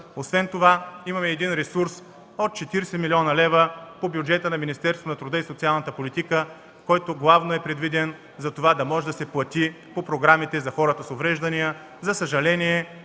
Освен това имаме един ресурс от 40 млн. лв. по бюджета на Министерството на труда и социалната политика, който главно е предвиден за това да може да се плати по програмите за хората с увреждания. За съжаление